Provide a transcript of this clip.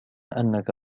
أنك